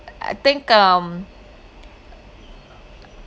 I think um